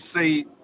see